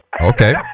Okay